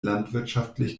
landwirtschaftlich